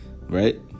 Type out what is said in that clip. right